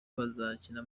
bazakina